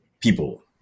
people